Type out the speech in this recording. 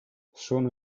sono